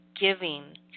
giving